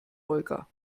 olga